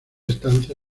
estancia